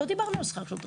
לא דיברנו על שכר שוטרים.